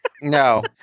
No